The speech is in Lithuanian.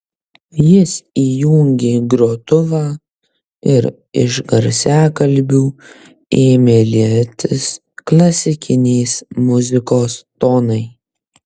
jis įjungė grotuvą ir iš garsiakalbių ėmė lietis klasikinės muzikos tonai